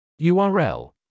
url